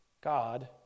God